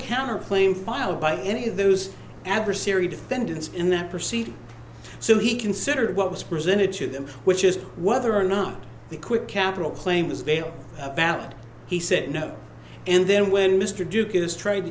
counter claim filed by any of those adversary defendants in that proceed so he considered what was presented to them which is whether or not the quick capital claim is bail a valid he said no and then when mr duke is trade